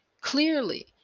Clearly